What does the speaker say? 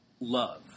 love